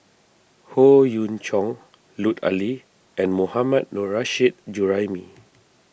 Howe Yoon Chong Lut Ali and Mohammad Nurrasyid Juraimi